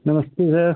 नमस्ते भैया